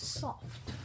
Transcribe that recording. soft